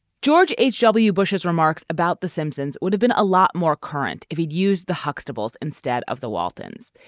george h w. bush's remarks about the simpsons would have been a lot more current if he'd used the huxtables instead of the waltons.